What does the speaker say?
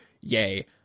yay